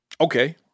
Okay